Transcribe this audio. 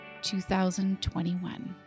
2021